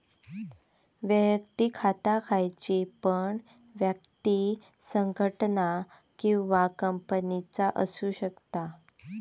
वैयक्तिक खाता खयची पण व्यक्ति, संगठना किंवा कंपनीचा असु शकता